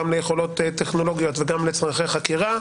גם ליכולות טכנולוגיות וגם לצורכי חקירה,